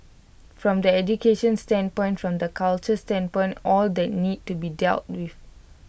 from the education standpoint from the culture standpoint all that needs to be dealt with